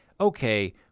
okay